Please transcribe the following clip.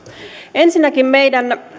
ensinnäkin meidän